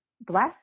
bless